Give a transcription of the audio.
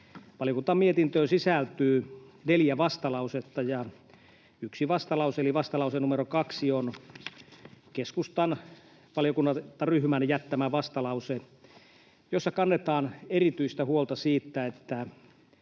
valiokunnan mietintöön sisältyy neljä vastalausetta. Yksi vastalause eli vastalause numero kaksi on keskustan valiokuntaryhmän jättämä vastalause, jossa kannetaan erityistä huolta siitä, että